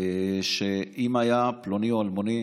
אם היה פלוני או אלמוני